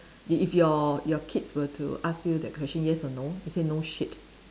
if if your your kids were to ask you that question yes or no you say no shit